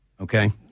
okay